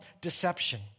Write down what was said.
deception